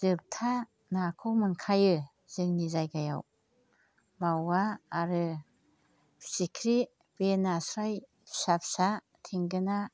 जोबथा नाखौ मोनखायो जोंनि जायगायाव मावा आरो फिथिख्रि बे नास्राय फिसा फिसा थेंगोना